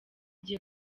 igiye